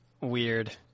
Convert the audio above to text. Weird